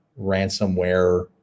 ransomware